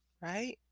right